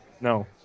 No